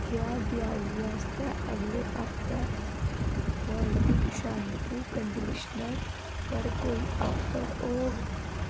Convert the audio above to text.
क्या देआली आस्तै अगले हफ्तै बायोटिक शैम्पू कंडीशनर पर कोई आफर औग